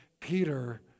Peter